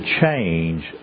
change